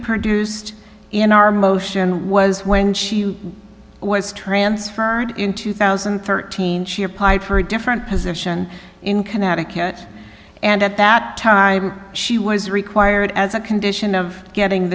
produced in our motion was when she was transferred in two thousand and thirteen she a pipe for a different position in connecticut and at that time she was required as a condition of getting